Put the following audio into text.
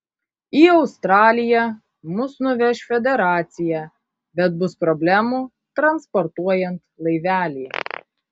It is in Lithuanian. į australiją mus nuveš federacija bet bus problemų transportuojant laivelį